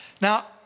Now